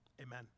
Amen